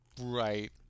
right